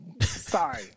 Sorry